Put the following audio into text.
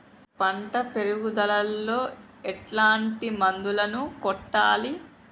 పంట పెరుగుదలలో ఎట్లాంటి మందులను కొట్టాలి?